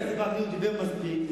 הוא דיבר מספיק.